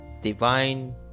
divine